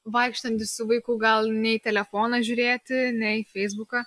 vaikštant su vaiku gal ne į telefoną žiūrėti ne į feisbuką